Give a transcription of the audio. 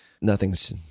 nothing's